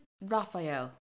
Raphael